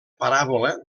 paràbola